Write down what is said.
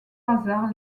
hasard